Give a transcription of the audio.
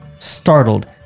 Startled